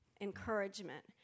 encouragement